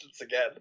again